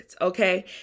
okay